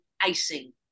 icing